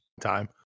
time